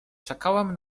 czekałam